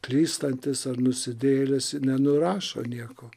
klystantis ar nusidėjėlis nenurašo nieko